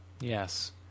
Yes